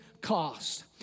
cost